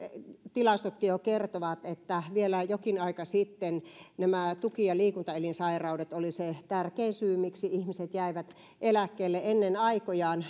tilastotkin jo kertovat että vielä jokin aika sitten tuki ja liikuntaelinsairaudet olivat se tärkein syy miksi ihmiset jäivät eläkkeelle ennen aikojaan